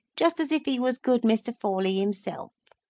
just as if he was good mr. forley himself.